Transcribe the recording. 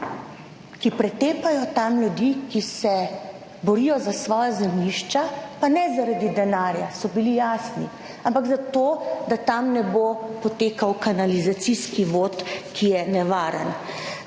ki pretepajo tam ljudi, ki se borijo za svoja zemljišča, pa ne zaradi denarja, so bili jasni, ampak za to, da tam ne bo potekal kanalizacijski vod, ki je nevaren.